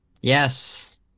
Yes